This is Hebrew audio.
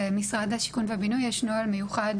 למשרד השיכון והבינוי יש נוהל מיוחד